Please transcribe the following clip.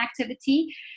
activity